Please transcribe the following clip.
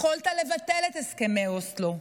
יכולת לבטל את הסכמי אוסלו,